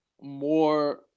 more